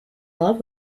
love